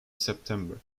september